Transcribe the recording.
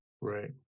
Right